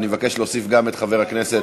תוסיף אותי,